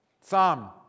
Psalm